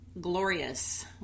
glorious